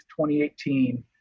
2018